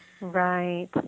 right